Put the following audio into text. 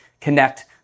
connect